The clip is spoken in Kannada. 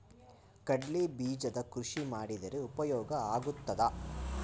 ಕಡ್ಲೆ ಬೀಜದ ಕೃಷಿ ಮಾಡಿದರೆ ಉಪಯೋಗ ಆಗುತ್ತದಾ?